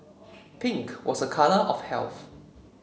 pink was a colour of health